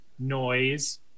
noise